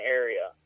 area